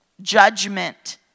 Judgment